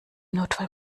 notfall